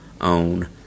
Own